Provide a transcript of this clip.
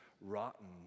rotten